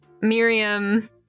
Miriam